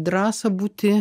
drąsą būti